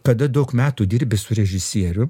kada daug metų dirbi su režisierium